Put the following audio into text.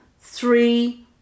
three